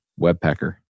Webpacker